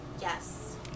Yes